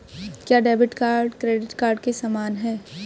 क्या debit card credit card के समान है?